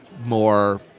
more